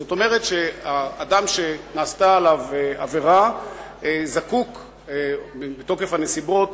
זאת אומרת שאדם שנעשתה עליו עבירה זקוק מתוקף הנסיבות